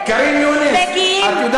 ואז לא